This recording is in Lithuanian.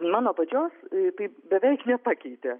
mano pačios tai beveik nepakeitė